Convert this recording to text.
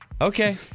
Okay